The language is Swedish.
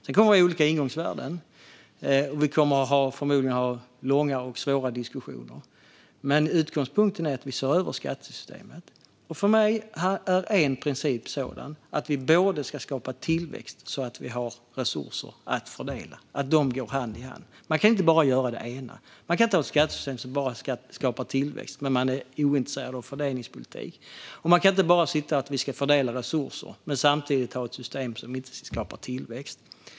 Vi kommer dock med olika ingångsvärden, och vi kommer förmodligen att ha långa och svåra diskussioner, men utgångspunkten är att vi ska se över skattesystemet. För mig är en princip att vi både ska skapa tillväxt och ha resurser att fördela. De ska gå hand i hand; man kan inte bara göra det ena. Man kan inte ha ett skattesystem som bara skapar tillväxt när man är ointresserad av fördelningspolitik, och man kan inte bara säga att vi ska fördela resurser men samtidigt ha ett system som inte skapar tillväxt.